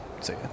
See